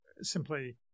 simply